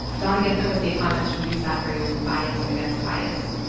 donna ginther was the economist who used that phrase, bias against bias.